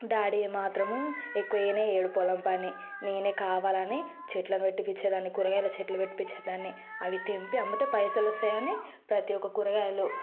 daddy ఏమాత్రం ఎక్కువ చేయనే చేయడు పొలం పని నేనే కావాలని చెట్లను పెట్టిపిచ్చేదాన్ని కూరగాయల చెట్లు పెట్టిపిచ్చేదాన్ని అవి తెంపి అమ్మితే పైసలు వస్తాయని ప్రతి ఒక్క కూరగాయలు